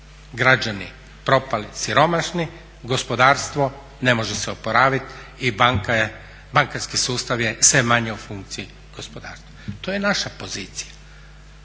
Građani propali, siromašni, gospodarstvo ne može se oporaviti i bankarski sustav je sve manje u funkciji gospodarstva. To je naša pozicija.